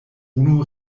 unu